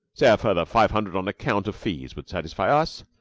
say a further five hundred on account of fees would satisfy us.